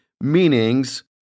meanings